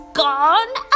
gone